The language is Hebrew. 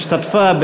השתתפה,